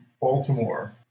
Baltimore